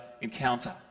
encounter